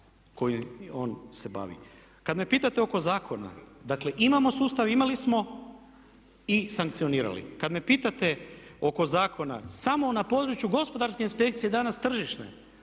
kojim on se bavi. Kad me pitate oko zakona dakle imamo sustav, imali smo i sankcionirali. Kad me pitate oko zakona samo na području gospodarske inspekcije danas tržišne